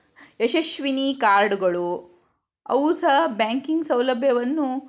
ಯಶಸ್ವಿನಿ ಕಾರ್ಡ್ಗಳು ಅವು ಸಹ ಬ್ಯಾಂಕಿಂಗ್ ಸೌಲಭ್ಯವನ್ನು